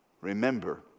Remember